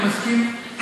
אני מסכים.